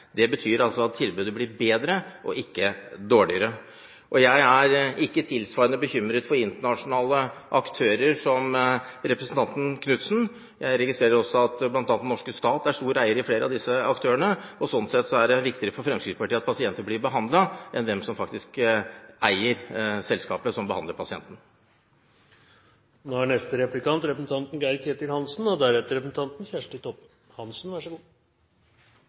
Det betyr at tilbudet blir bedre og ikke dårligere. Jeg er ikke tilsvarende bekymret for internasjonale aktører som representanten Knutsen er. Jeg registrerer også at bl.a. den norske stat er en stor eier i flere av disse aktørene, og sånn sett er det viktigere for Fremskrittspartiet at pasienter blir behandlet, enn hvem som faktisk eier selskapet som behandler pasienten.